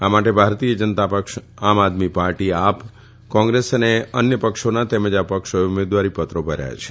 આ માટે ભારતીય જનતા પક્ષ આમ આદમી પાર્ટી આપ કોંગ્રેસ અને અન્ય પક્ષોના તેમજ અપક્ષોએ ઉમેદવારી પત્રો ભર્યા છે